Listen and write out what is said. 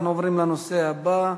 אנחנו עוברים לנושא הבא: